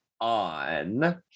on